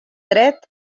dret